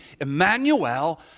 Emmanuel